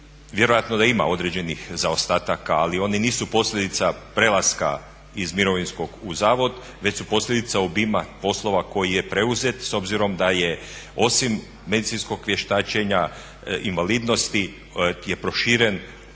vjerojatno da ima određenih zaostataka ali oni nisu posljedica prelaska iz mirovinskog u zavod već su posljedica obima poslova koji je preuzet s obzirom da je osim medicinskog vještačenja invalidnosti je proširen posao i